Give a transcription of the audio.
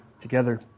together